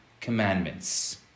commandments